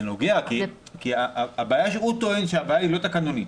זה נוגע, הוא טוען שהבעיה היא לא תקנונית,